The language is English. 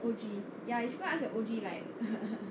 O_G ya you should go ask your O_G like